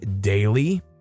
daily